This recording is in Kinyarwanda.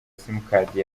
simukadi